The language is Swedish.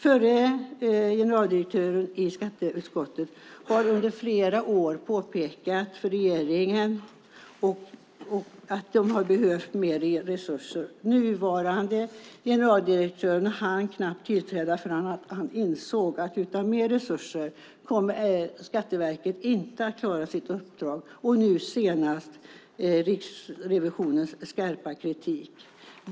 Förre generaldirektören i Skatteverket har under flera år påpekat för regeringen att de behövt mer resurser. Den nuvarande generaldirektören hann knappt tillträda förrän han insåg att Skatteverket inte kommer att klara sitt uppdrag utan mer resurser. Och nu senast var det Riksrevisionens skarpa kritik.